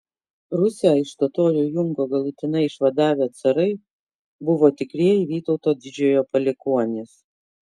rusią iš totorių jungo galutinai išvadavę carai buvo tikrieji vytauto didžiojo palikuonys